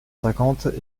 cinquante